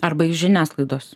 arba iš žiniasklaidos